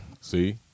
See